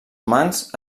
humans